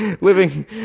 Living